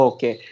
Okay